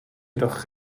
jedoch